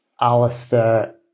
Alistair